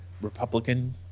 Republican